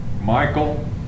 Michael